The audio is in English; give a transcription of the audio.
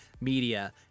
media